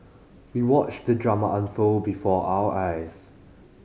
we watched the drama unfold before our eyes